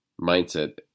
mindset